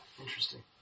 interesting